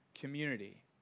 community